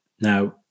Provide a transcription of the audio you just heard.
now